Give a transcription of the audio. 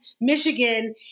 Michigan